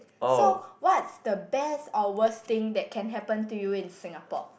so what's the best or worst thing that can happen to you in Singapore